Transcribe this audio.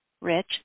Rich